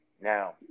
Now